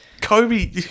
Kobe